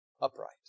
upright